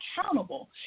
accountable